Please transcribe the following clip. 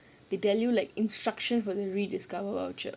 they tell you like instruction for the Rediscover voucher